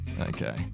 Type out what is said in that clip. Okay